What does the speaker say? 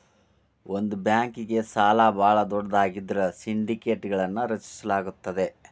ಒಂದ ಬ್ಯಾಂಕ್ಗೆ ಸಾಲ ಭಾಳ ದೊಡ್ಡದಾಗಿದ್ರ ಸಿಂಡಿಕೇಟ್ಗಳನ್ನು ರಚಿಸಲಾಗುತ್ತದೆ